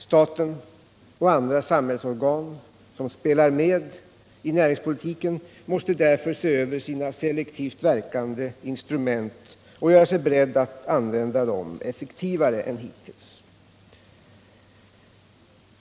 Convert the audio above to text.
Staten och andra samhällsorgan som spelar med i näringspolitiken måste därför se över sina selektivt verkande instrument och göra sig beredda att använda dem effektivare än hittills.